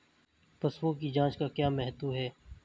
पशुओं की जांच का क्या महत्व है?